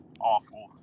awful